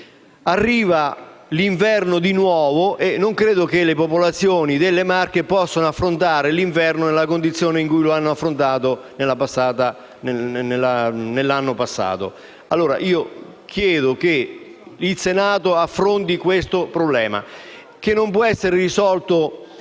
nuovo l'inverno e non credo che le popolazioni delle Marche possano affrontare l'inverno nella condizione in cui l'hanno affrontato nell'anno passato. Chiedo che il Senato affronti questo problema, che non può essere risolto